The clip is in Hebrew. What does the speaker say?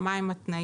מה הם התנאים,